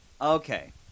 Okay